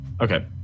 Okay